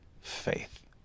faith